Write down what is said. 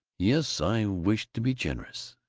yes, i wish to be generous.